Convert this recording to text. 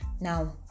Now